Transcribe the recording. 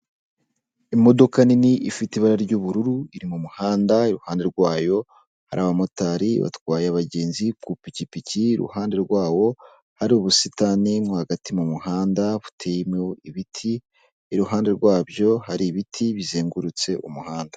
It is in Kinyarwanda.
Imodoka nini ifite ibara ry'ubururu, iri mu muhanda, iruhande rwayo hari aba motari batwaye abagenzi ku ipikipiki, iruhande rwawo hari ubusitani mo hagati, mu muhanda hateyemo ibiti, iruhande rwabyo hari ibiti bizengurutse umuhanda.